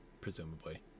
Presumably